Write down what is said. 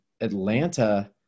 Atlanta